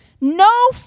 No